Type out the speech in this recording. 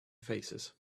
faces